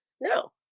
no